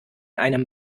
einem